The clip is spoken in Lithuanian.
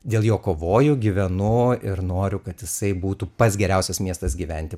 dėl jo kovoju gyvenu ir noriu kad jisai būtų pats geriausias miestas gyventi